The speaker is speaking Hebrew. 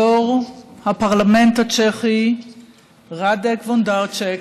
יו"ר הפרלמנט הצ'כי ראדק וונדרצ'ק,